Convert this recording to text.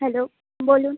hello বলুন